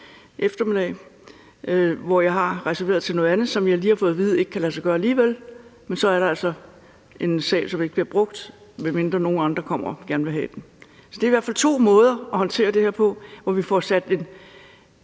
eftermiddagen, hvor jeg altså har reserveret til noget andet, som jeg lige har fået at vide ikke kan lade sig gøre alligevel, men så er der altså en sal, der ikke bliver brugt, med mindre nogle andre kommer og gerne vil have den. Det er i hvert fald to måder at håndtere det her på, hvor vi får sat en